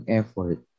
effort